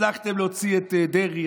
הצלחתם להוציא את דרעי,